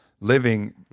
living